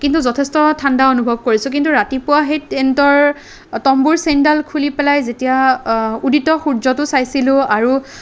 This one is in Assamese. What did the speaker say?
কিন্তু যথেষ্ট ঠাণ্ডা অনুভৱ কৰিছোঁ কিন্তু ৰাতিপুৱা সেই টেণ্টৰ তম্বুৰ চেইনডাল খুলি পেলাই যেতিয়া উদিত সূৰ্যটো চাইছিলোঁ আৰু